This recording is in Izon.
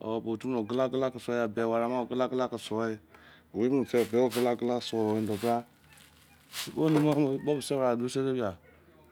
Owaremen ogula ogula ke suode ikpome meseyo